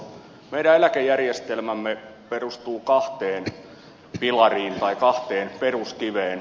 meidän eläkejärjestelmämme perustuu kahteen pilariin tai kahteen peruskiveen